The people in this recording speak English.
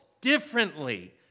differently